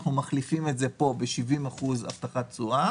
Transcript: וכך אנחנו מזקקים את הנכסים שבגינם יש עכשיו הבטחת תשואה